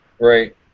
Right